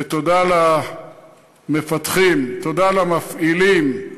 ותודה למפתחים, תודה למפעילים.